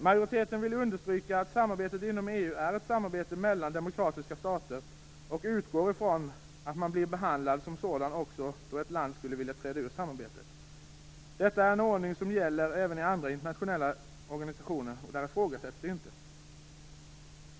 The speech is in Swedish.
Majoriteten vill understryka att samarbetet inom EU är ett samarbete mellan demokratiska stater och utgår från att det blir en sådan behandling också om ett land skulle vilja träda ut ur samarbetet. Det här är en ordning som gäller även i andra internationella organisationer, och där ifrågasätts inte detta.